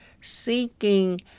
seeking